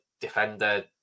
defender